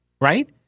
right